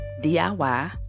DIY